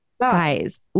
guys